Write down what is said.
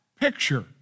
picture